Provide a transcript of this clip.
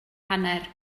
hanner